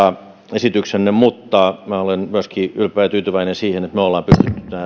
esityksenne mutta minä olen myöskin ylpeä ja tyytyväinen siihen että me olemme pystyneet